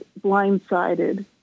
blindsided